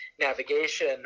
navigation